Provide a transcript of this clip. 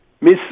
miss